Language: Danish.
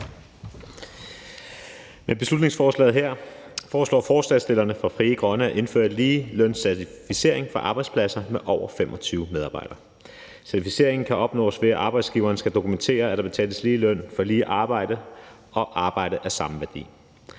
Med beslutningsforslaget her foreslår forslagsstillerne fra Frie Grønne at indføre en ligelønscertificering for arbejdspladser med over 25 medarbejdere. Certificeringen kan opnås, ved at arbejdsgiveren skal dokumentere, at der betales lige løn for lige arbejde og arbejde af samme værdi.